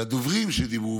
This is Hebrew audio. הדוברים שדיברו,